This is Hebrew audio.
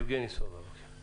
יבגני סובה, בבקשה.